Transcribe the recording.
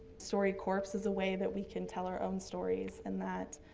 storycorps is a way that we can tell our own stories in that